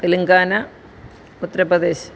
Telangana Uttar Pradesh